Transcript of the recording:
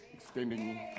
extending